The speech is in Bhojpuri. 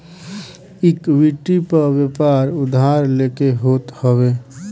इक्विटी पअ व्यापार उधार लेके होत हवे